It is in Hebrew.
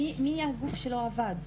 מי הגוף שלא עבד?